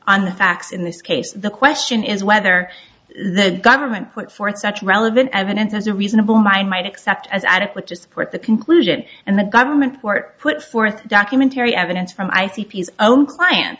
on the facts in this case the question is whether the government put forth such relevant evidence as a reasonable mind might accept as adequate to support the conclusion and the government court put forth documentary evidence from i see peace own plant